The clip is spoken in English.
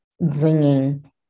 bringing